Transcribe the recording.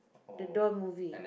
the doll movie